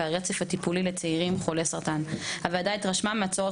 והרצף הטיפולי לחולי סרטן: 1. הוועדה התרשמה מהצורך